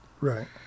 Right